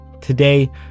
Today